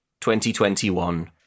2021